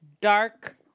Dark